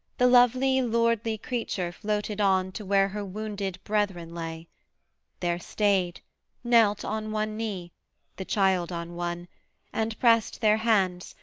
the lovely, lordly creature floated on to where her wounded brethren lay there stayed knelt on one knee the child on one and prest their hands,